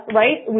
right